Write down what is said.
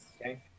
okay